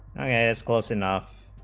yeah as close enough